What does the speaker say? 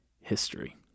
history